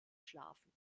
schlafen